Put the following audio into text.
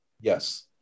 Yes